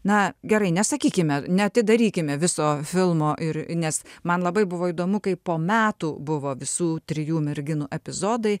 na gerai nesakykime neatidarykime viso filmo ir nes man labai buvo įdomu kai po metų buvo visų trijų merginų epizodai